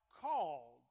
called